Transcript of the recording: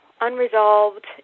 unresolved